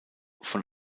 von